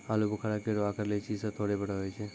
आलूबुखारा केरो आकर लीची सें थोरे बड़ो होय छै